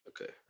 Okay